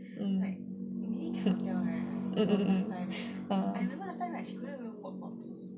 mm mm ah